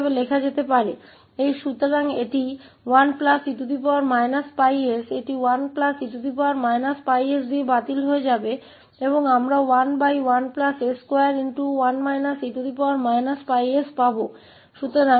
तो यह 1 e 𝜋s इस 1 e 𝜋s के साथ रद्द हो जाएगा और हमें 11s21 e 𝜋s मिलेगा